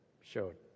showed